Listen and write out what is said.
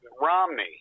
romney